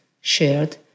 shared